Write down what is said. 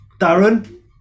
Darren